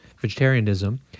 vegetarianism